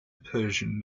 persian